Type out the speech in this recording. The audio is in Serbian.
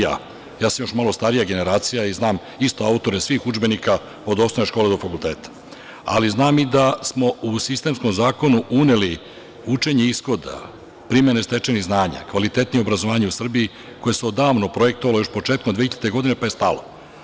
Ja sam još malo starija generacija i znam isto autore svih udžbenika od osnovne škole do fakulteta, ali znam i da smo u sistemskom zakonu uneli učenje ishoda, primene stečenih znanja, kvalitetnije obrazovanje u Srbiji koje se odavno projektovalo, još početkom 2000. godine, pa je spalo.